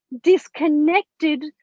disconnected